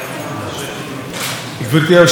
חבריי חברי הכנסת וחברות הכנסת,